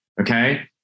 Okay